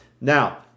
Now